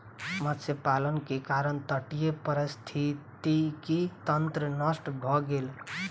मत्स्य पालन के कारण तटीय पारिस्थितिकी तंत्र नष्ट भ गेल